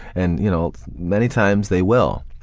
and you know many times they will,